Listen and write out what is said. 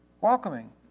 Welcoming